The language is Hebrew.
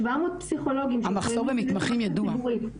המחסור במתמחים ידוע.